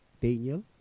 Daniel